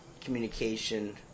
communication